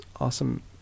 awesome